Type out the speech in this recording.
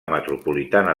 metropolitana